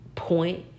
point